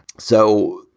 so,